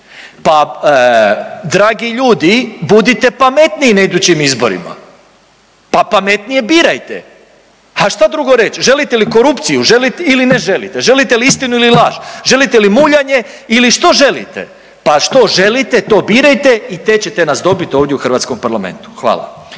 pa dragi ljudi, budite pametniji na idućim izborima. Pa pametnije birajte. A šta drugo reći? Želite li korupciju ili ne želite? Želite li istinu ili laž? Želite li muljanje ili što želite? Pa što želite, to birajte i te ćete nas dobiti ovdje u hrvatskom parlamentu. Hvala.